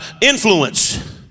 influence